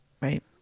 right